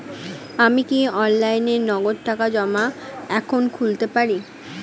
আমি কি অনলাইনে নগদ টাকা জমা এখন খুলতে পারি?